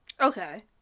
Okay